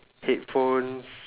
headphones